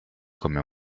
come